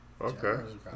Okay